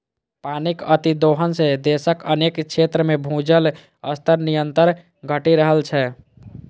पानिक अतिदोहन सं देशक अनेक क्षेत्र मे भूजल स्तर निरंतर घटि रहल छै